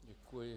Děkuji.